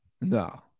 No